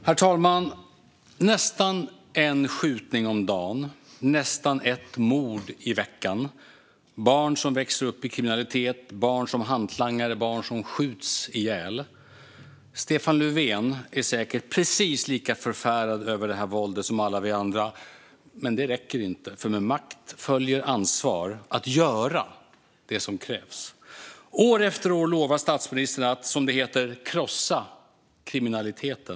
Herr talman! Det sker nästan en skjutning om dagen och nästan ett mord i veckan. Barn växer upp i kriminalitet, barn är hantlangare och barn skjuts ihjäl. Stefan Löfven är säkert precis lika förfärad över det här våldet som alla vi andra. Men det räcker inte, för med makt följer ansvar att göra det som krävs. År efter år lovar statsministern att, som det heter, krossa kriminaliteten.